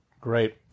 Great